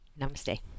Namaste